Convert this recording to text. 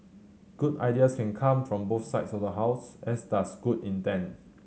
good ideas can come from both sides of the House as does good intent